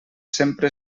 sempre